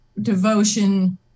devotion